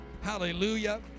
Hallelujah